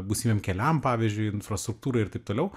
būsimiem keliam pavyzdžiui infrastruktūrai ir taip toliau